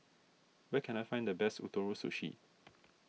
where can I find the best Ootoro Sushi